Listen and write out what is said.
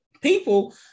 people